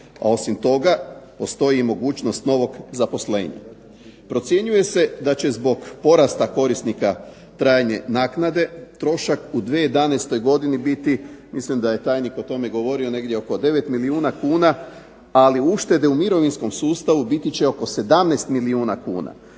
a osim toga postoji i mogućnost novog zaposlenja. Procjenjuje se da će zbog porasta korisnika trajne naknade trošak u 2011. godini biti, mislim da je tajnik o tome govorio negdje oko 9 milijuna kuna, ali uštede u mirovinskom sustavu biti će oko 17 milijuna kuna.